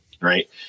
right